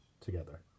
together